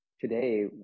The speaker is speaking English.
Today